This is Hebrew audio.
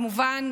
כמובן,